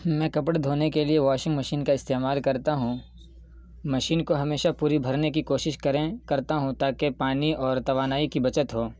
میں کپڑے دھونے کے لیے واشنگ مشین کا استعمال کرتا ہوں مشین کو ہمیشہ پوری بھرنے کی کوشش کریں کرتا ہوں تا کہ پانی اور توانائی کی بچت ہو